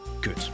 good